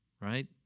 right